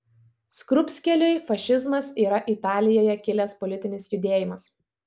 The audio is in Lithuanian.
skrupskeliui fašizmas yra italijoje kilęs politinis judėjimas